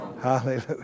Hallelujah